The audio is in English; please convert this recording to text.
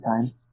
time